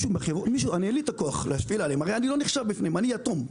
אין לי את הכוח, אני לא נחשב בפניהם, אני יתום.